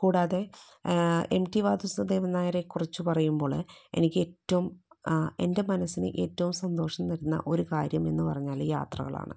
കൂടാതെ M T Vasudevan നായരെ കുറിച്ച് പറയുമ്പോള് എനിക്ക് ഏറ്റവും എൻ്റെ മനസ്സിന് ഏറ്റവും സന്തോഷം തരുന്ന ഒരു കാര്യം എന്നുപറഞ്ഞാല് യാത്രകളാണ്